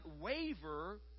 waver